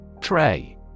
Tray